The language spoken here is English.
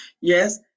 Yes